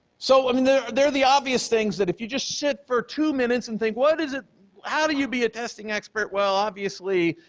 so i mean, they are the obvious things that if you just sit for two minutes and think, what is it how do you be a testing expert? well, obviously,